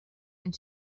and